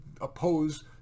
oppose